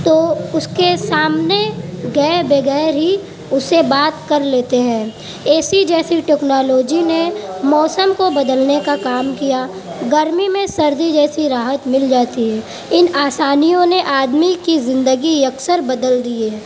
تو اس کے سامنے گئے بغیر ہی اسے بات کر لیتے ہیں اے سی جیسی ٹیکنالوجی نے موسم کو بدلنے کا کام کیا گرمی میں سردی جیسی راحت مل جاتی ہے ان آسانیوں نے آدمی کی زندگی اکثر بدل دی ہے